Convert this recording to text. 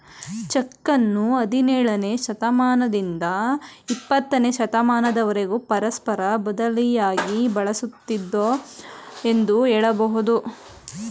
ಚೆಕ್ಕನ್ನು ಹದಿನೇಳನೇ ಶತಮಾನದಿಂದ ಇಪ್ಪತ್ತನೇ ಶತಮಾನದವರೆಗೂ ಪರಸ್ಪರ ಬದಲಿಯಾಗಿ ಬಳಸುತ್ತಿದ್ದುದೃ ಎಂದು ಹೇಳಬಹುದು